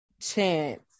Chance